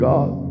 God